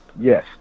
Yes